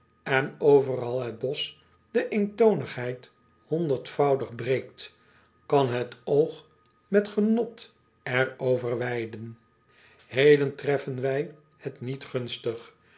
en overal het bosch de eentoonigheid honderdvoudig breekt kan het oog met genot er over weiden eden treffen wij het niet gunstig